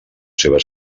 seva